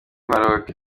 maroc